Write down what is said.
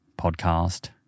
podcast